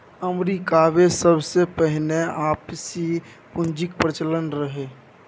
अमरीकामे सबसँ पहिने आपसी पुंजीक प्रचलन रहय